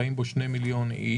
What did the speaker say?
שחיים בו 2 מיליון אנשים,